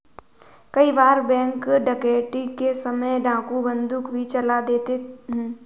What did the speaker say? कई बार बैंक डकैती के समय डाकू बंदूक भी चला देते हैं